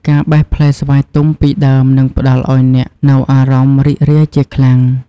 ការបេះផ្លែស្វាយទុំពីដើមនឹងផ្តល់ឱ្យអ្នកនូវអារម្មណ៍រីករាយជាខ្លាំង។